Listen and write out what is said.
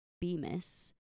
Bemis